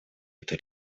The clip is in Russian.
эту